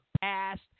past